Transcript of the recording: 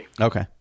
Okay